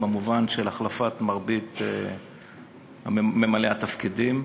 במובן של החלפת מרבית ממלאי התפקידים,